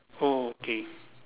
oh okay